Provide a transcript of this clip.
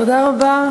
תודה רבה.